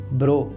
bro